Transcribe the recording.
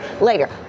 later